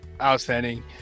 Outstanding